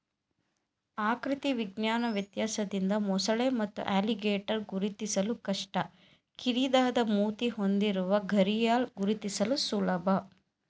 ಆಕೃತಿ ವಿಜ್ಞಾನ ವ್ಯತ್ಯಾಸದಿಂದ ಮೊಸಳೆ ಮತ್ತು ಅಲಿಗೇಟರ್ ಗುರುತಿಸಲು ಕಷ್ಟ ಕಿರಿದಾದ ಮೂತಿ ಹೊಂದಿರುವ ಘರಿಯಾಲ್ ಗುರುತಿಸಲು ಸುಲಭ